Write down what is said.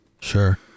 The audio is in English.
Sure